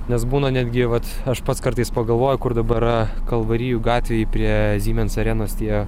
nes būna netgi vat aš pats kartais pagalvoju kur dabar yra kalvarijų gatvėj prie siemens arenos tie